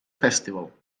festival